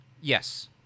Yes